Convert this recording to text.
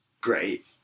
great